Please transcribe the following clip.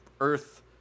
earth